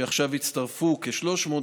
עכשיו הצטרפו כ-300,